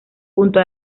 junto